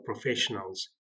professionals